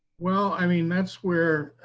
well, i mean that's where